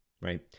right